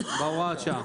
בהוראת השעה.